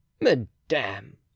madame